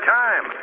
time